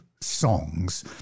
songs